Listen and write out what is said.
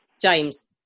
James